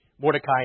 Mordecai